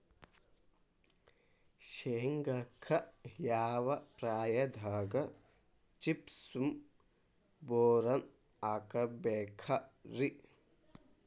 ಶೇಂಗಾಕ್ಕ ಯಾವ ಪ್ರಾಯದಾಗ ಜಿಪ್ಸಂ ಬೋರಾನ್ ಹಾಕಬೇಕ ರಿ?